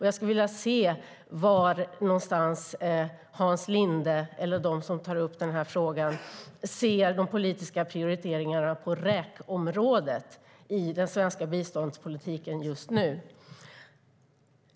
Jag skulle vilja se var någonstans Hans Linde eller de som tar upp den här frågan ser de politiska prioriteringarna på räkområdet i den svenska biståndspolitiken just nu.